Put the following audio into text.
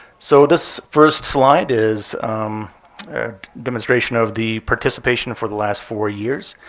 so this first slide is a demonstration of the participation for the last four years.